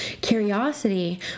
curiosity